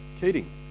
Keating